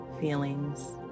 feelings